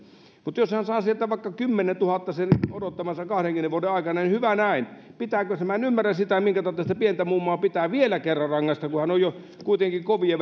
mutta jos hän saa sieltä vaikka kymmenentuhannen sen odottamansa kahdenkymmenen vuoden aikana niin hyvä näin minä en ymmärrä sitä minkä tautta sitä pientä mummoa pitää vielä kerran rangaista kun hän on kuitenkin kovia